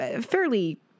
fairly